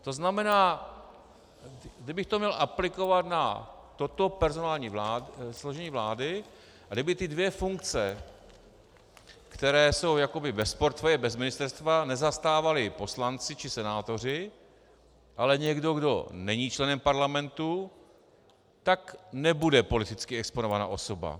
To znamená, kdybych to měl aplikovat na toto personální složení vlády a kdyby ty dvě funkce, které jsou jakoby bez portfeje, bez ministerstva, nezastávali poslanci či senátoři, ale někdo, kdo není členem Parlamentu, tak nebude politicky exponovaná osoba.